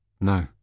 No